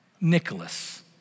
Nicholas